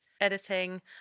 editing